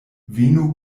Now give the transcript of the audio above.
venu